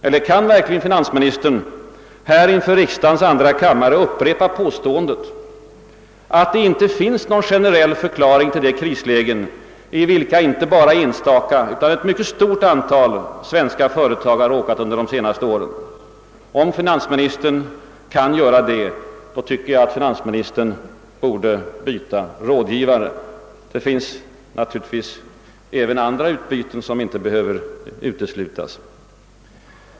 Eller kan verkligen finansministern här i riksdagens andra kammare upprepa påståendet, att det inte finns någon generell förklaring till de krislägen i vilka inte bara enstaka utan ett mycket stort antal svenska företag råkat under de senaste åren? Om finansministern kan göra det tycker jag att han borde byta rådgivare. Inte heller andra utbyten behöver naturligtvis uteslutas.